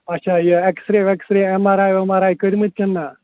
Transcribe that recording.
اچھا یہِ X ray وٮ۪کس رے اٮ۪م آر آی وٮ۪م آر آی کٔڑۍمٕتۍ کِنہٕ نہ